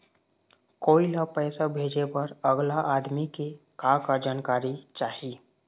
कोई ला पैसा भेजे बर अगला आदमी के का का जानकारी चाही?